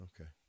okay